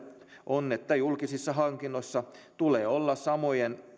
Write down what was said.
on että julkisissa hankinnoissa tulee olla samojen